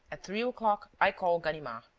at three o'clock, i call ganimard.